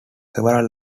several